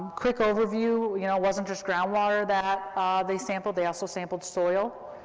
quick overview, you know, it wasn't just groundwater that they sampled, they also sampled soil.